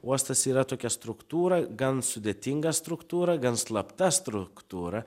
uostas yra tokia struktūra gan sudėtinga struktūra gan slapta struktūra